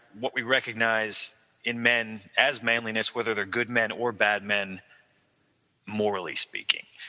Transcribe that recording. what we recognize in men as manliness, whether they're good men or bad men morally speaking.